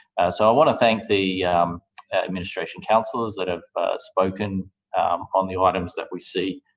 so, i want to thank the administration councillors that have spoken on the items that we see